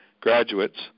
graduates